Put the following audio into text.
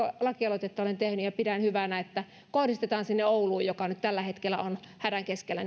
lakialoitetta olen tehnyt ja pidän hyvänä että kohdistetaan resursseja sinne ouluun joka nyt tällä hetkellä on hädän keskellä